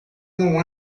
não